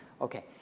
Okay